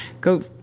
go